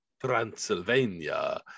Transylvania